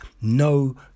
no